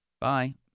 Bye